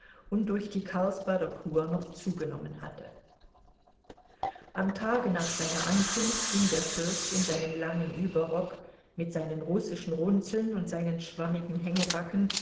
und durch die karlsbader kur noch zugenommen hatte am tage nach seiner ankunft ging der fürst in seinem langen überrock mit seinen russischen runzeln und seinen schwammigen